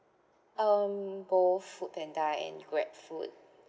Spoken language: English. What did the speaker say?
um both foodpanda and grabfood